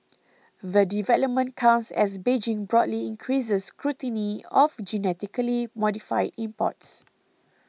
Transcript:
the development comes as Beijing broadly increases scrutiny of genetically modified imports